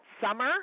summer